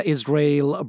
Israel